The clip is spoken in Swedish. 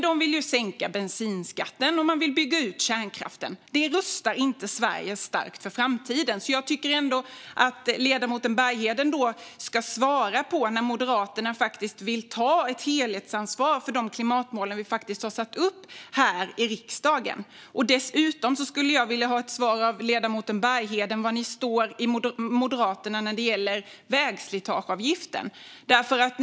De vill sänka bensinskatten och bygga ut kärnkraften. Det rustar inte Sverige starkt för framtiden. Jag tycker ändå att ledamoten Bergheden ska svara på frågan när Moderaterna vill ta ett helhetsansvar för de klimatmål vi här i riksdagen faktiskt har satt upp. Dessutom skulle jag vilja ha ett svar på var ni i Moderaterna står när det gäller vägslitageavgiften.